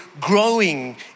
growing